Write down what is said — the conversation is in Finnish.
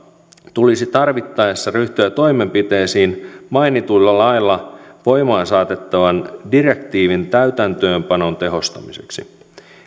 tulisi tarvittaessa ryhtyä toimenpiteisiin mainituilla lailla voimaan saatettavan direktiivin täytäntöönpanon tehostamiseksi